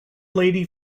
lady